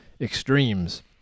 extremes